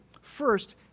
First